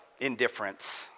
indifference